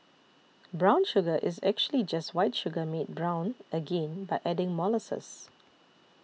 brown sugar is actually just white sugar made brown again by adding molasses